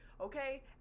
okay